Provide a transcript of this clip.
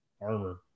armor